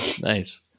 Nice